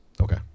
Okay